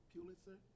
Pulitzer